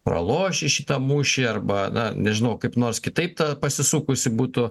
pralošę šitą mūšį arba na nežinau kaip nors kitaip pasisukusi būtų